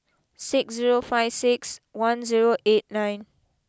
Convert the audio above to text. six zero five six one zero eight nine